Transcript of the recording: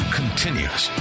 continues